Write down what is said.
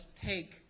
take